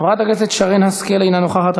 חברת הכנסת שרן השכל, אינה נוכחת.